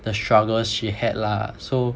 the struggles she had lah so